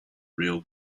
real